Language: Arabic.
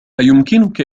أيمكنك